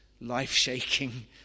life-shaking